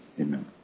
Amen